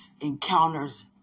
encounters